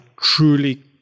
truly